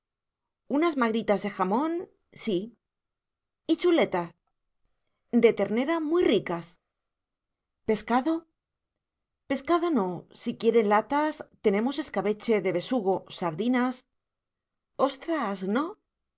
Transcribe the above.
unas magritas de jamón sí y chuletas de ternera muy ricas pescado pescado no si quieren latas tenemos escabeche de besugo sardinas ostras no